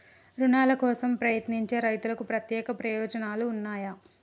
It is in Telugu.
రుణాల కోసం ప్రయత్నించే రైతులకు ప్రత్యేక ప్రయోజనాలు ఉన్నయా?